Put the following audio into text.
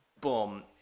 boom